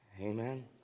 Amen